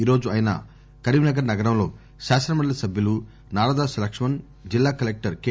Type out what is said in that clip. ఈ రోజు ఆయన కరీంనగర్ నగరంలో శాసన మండలి సభ్యులు నారదాసు లక్ష్మణ్ కలెక్టర్ కె